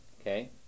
okay